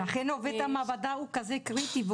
לכן עובד המעבדה הוא כזה קריטי.